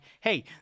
hey